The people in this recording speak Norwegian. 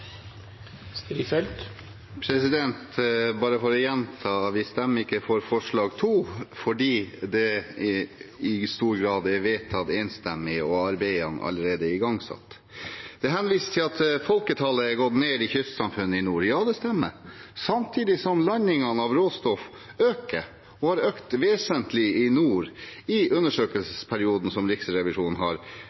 Bare for å gjenta det: Vi stemmer ikke for forslag nr. 2, fordi det i stor grad er vedtatt enstemmig og arbeidene allerede er igangsatt. Det henvises til at folketallet har gått ned i kystsamfunnene i nord. Ja, det stemmer, samtidig som landingene av råstoff øker og har økt vesentlig i nord i undersøkelsesperioden som Riksrevisjonen har